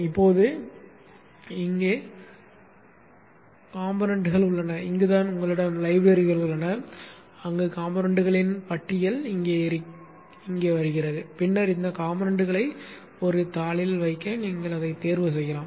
இப்போது இங்கே கொம்போனன்ட்கள் உள்ளன இங்குதான் உங்களிடம் லைப்ரரிகள் உள்ளன அங்கு கொம்போனன்ட்களின் பட்டியல் இங்கே வருகிறது பின்னர் இந்த கொம்போனன்ட்களை ஒரு தாளில் வைக்க நீங்கள் தேர்வு செய்யலாம்